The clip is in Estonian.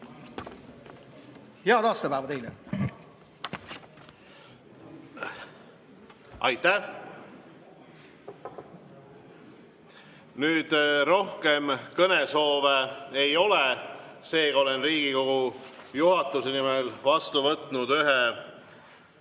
Head aastapäeva teile! Aitäh! Rohkem kõnesoove ei ole. Olen Riigikogu juhatuse nimel vastu võtnud ühe